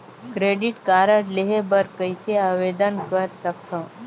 Credit card लेहे बर कइसे आवेदन कर सकथव?